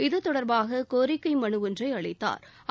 இது தொடா்பாக கோரிக்கை மனு ஒன்றை அளித்தாா்